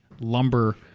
lumber